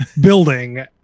building